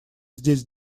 здесь